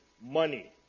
money